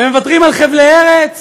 ומוותרים על חבלי ארץ.